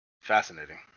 Fascinating